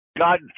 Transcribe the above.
God